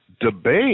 debate